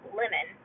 lemon